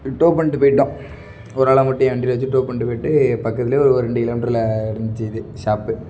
to பண்ணிட்டு போய்ட்டோம் ஒராளை மட்டும் என் வண்டியில வச்சு டோ பண்ணிட்டு போய்ட்டு பக்கத்திலயே ஒரு ரெண்டு கிலோமீட்டருல இருந்துச்சு இது ஷாப்பு